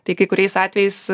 tai kai kuriais atvejais